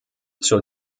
zur